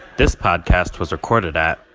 this podcast was recorded at.